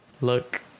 look